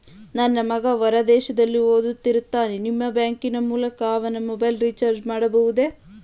ನನ್ನ ಮಗ ಹೊರ ದೇಶದಲ್ಲಿ ಓದುತ್ತಿರುತ್ತಾನೆ ನಿಮ್ಮ ಬ್ಯಾಂಕಿನ ಮೂಲಕ ಅವನ ಮೊಬೈಲ್ ರಿಚಾರ್ಜ್ ಮಾಡಬಹುದೇ?